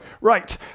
right